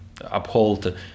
uphold